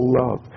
love